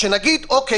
שנגיד אוקיי,